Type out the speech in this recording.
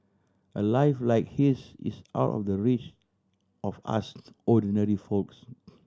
a life like his is out of the reach of us ordinary folks